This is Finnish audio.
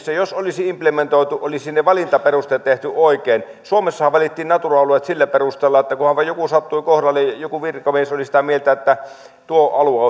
sillä jos olisi implementoitu niin direktiivissä olisi ne valintaperusteet tehty oikein suomessahan valittiin natura alueet sillä perusteella että kunhan vain joku sattui kohdalle ja joku virkamies oli sitä mieltä että tuo alue